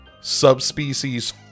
subspecies